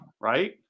right